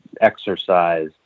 exercise